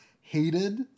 hated